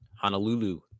Honolulu